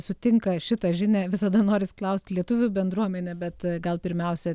sutinka šitą žinią visada norisi klausti lietuvių bendruomenė bet gal pirmiausia